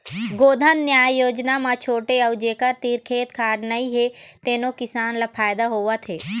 गोधन न्याय योजना म छोटे अउ जेखर तीर खेत खार नइ हे तेनो किसान ल फायदा होवत हे